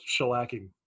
shellacking